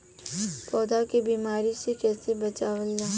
पौधा के बीमारी से कइसे बचावल जा?